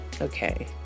okay